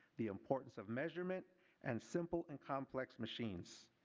the importance of measurement and simple and complex machines.